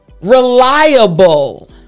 reliable